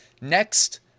next